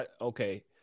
Okay